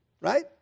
right